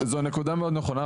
זו נקודה מאוד נכונה,